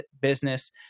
business